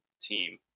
team